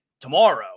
tomorrow